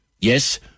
Yes